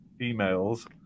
emails